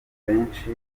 benshi